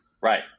right